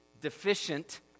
deficient